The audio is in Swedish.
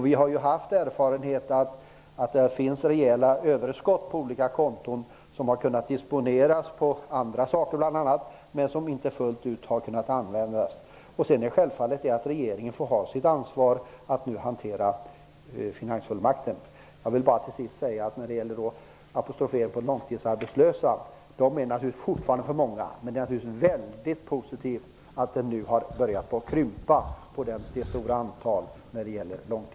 Vi har ju erfararenhet av rejäla överskott på olika konton som har kunnat disponeras för andra saker men som inte fullt ut har kunnat användas. Självfallet får regeringen ta sitt ansvar när det gäller att hantera finansfullmakten. De långtidsarbetslösa apostroferas här. De är naturligtvis fortfarande för många. Men det är väldigt positivt att antalet långtidsarbetslösa nu har börjat krympa.